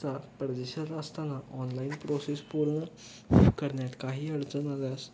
चा परदेशात असताना ऑनलाईन प्रोसेस पूर्ण करण्यात काही अडचण झाल्यास